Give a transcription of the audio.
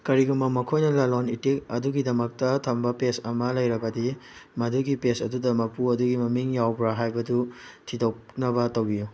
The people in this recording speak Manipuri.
ꯀꯔꯤꯒꯨꯝꯕ ꯃꯈꯣꯏꯅ ꯂꯂꯣꯟ ꯏꯇꯤꯛ ꯑꯗꯨꯒꯤꯗꯃꯛꯇ ꯊꯝꯕ ꯄꯦꯖ ꯑꯃ ꯂꯩꯔꯕꯗꯤ ꯃꯗꯨꯒꯤ ꯄꯦꯖ ꯑꯗꯨꯗ ꯃꯄꯨ ꯑꯗꯨꯒꯤ ꯃꯃꯤꯡ ꯌꯥꯎꯕ꯭ꯔ ꯍꯥꯏꯕꯗꯨ ꯊꯤꯗꯣꯛꯅꯕ ꯇꯧꯕꯤꯌꯨ